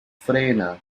frena